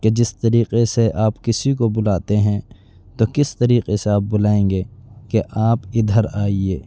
کہ جس طریقے سے آپ کسی کو بلاتے ہیں تو کس طریقے سے آپ بلائیں گے کہ آپ ادھر آئیے